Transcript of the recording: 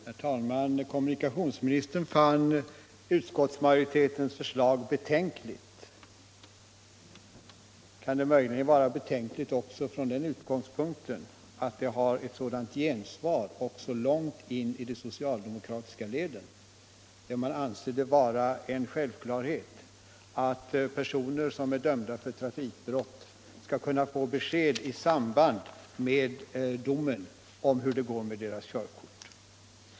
Herr talman! Kommunikationsministern fann utskottsmajoritetens förslag betänkligt. Kan det möjligen vara betänkligt också från den utgångspunkten att det har rönt ett sådant gensvar även långt in i de socialdemokratiska leden, där man anser det vara en självklarhet att personer som är dömda för trafikbrott skall kunna få besked i samband med domen om hur det går med deras körkort?